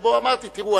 שבו אמרתי: תראו,